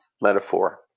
metaphor